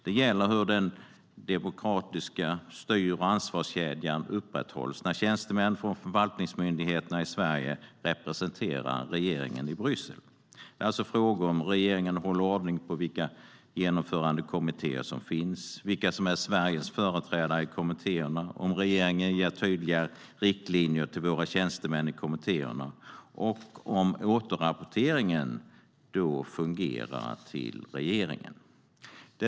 Det gäller hur den demokratiska styr och ansvarskedjan upprätthålls när tjänstemän från förvaltningsmyndigheterna i Sverige representerar regeringen i Bryssel. Det handlar alltså om ifall regeringen håller ordning på vilka genomförandekommittéer som finns, vilka som är Sveriges företrädare i kommittéerna, om regeringen ger tydliga riktlinjer till våra tjänstemän i kommittéerna och om återrapporteringen till regeringen fungerar.